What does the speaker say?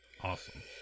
Awesome